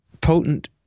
potent